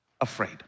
afraid